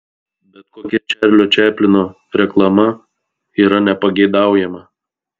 bet kokia čarlio čaplino reklama yra nepageidaujama